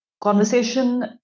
conversation